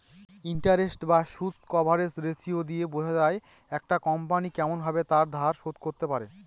interest বা সুদ coverage ratio দিয়ে বোঝা যায় একটা কোম্পনি কেমন ভাবে তার ধার শোধ করতে পারে